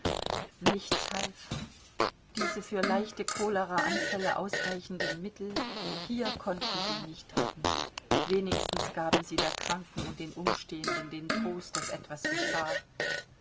nichts half diese für leichte choleraanfälle ausreichenden mittel hier konnten sie nicht retten wenigstens gaben sie der kranken und den umstehenden den trost daß etwas geschah